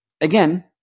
Again